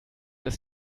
ist